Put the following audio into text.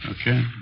Okay